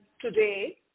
today